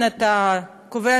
אבל תכבדו אותנו כפי המנהגים.